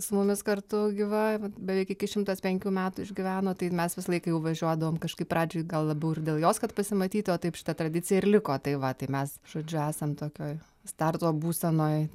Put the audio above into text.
su mumis kartu gyva va beveik iki šimtas penkių metų išgyveno tai mes visą laiką jau važiuodavom kažkaip pradžioj gal labiau ir dėl jos kad pasimatyti o taip šita tradicija ir liko tai va tai mes žodžiu esam tokioj starto būsenoj